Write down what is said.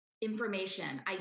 information